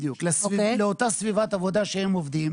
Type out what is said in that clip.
בדיוק, לאותה סביבת עבודה שהם עובדים.